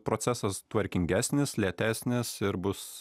procesas tvarkingesnis lėtesnės ir bus